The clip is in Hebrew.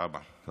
תודה רבה.